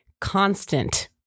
constant